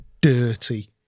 dirty